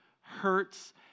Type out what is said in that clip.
hurts